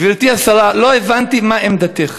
גברתי השרה, לא הבנתי מה עמדתך.